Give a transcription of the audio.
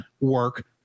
work